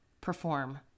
perform